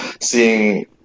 seeing